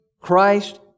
Christ